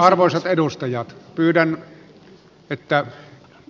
arvoisat edustajat pyydän että